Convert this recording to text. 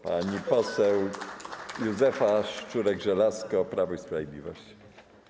Pani poseł Józefa Szczurek-Żelazko, Prawo i Sprawiedliwość.